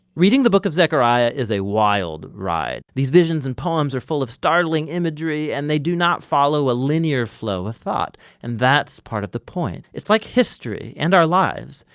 reading the book of zechariah is a wild ride. these visions and poems are full of starling imagery and they do not follow a linear flow of thought and that's part of the point. it's like history and our lives,